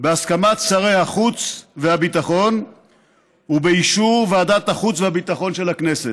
בהסכמת שרי החוץ והביטחון ובאישור ועדת החוץ והביטחון של הכנסת.